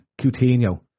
Coutinho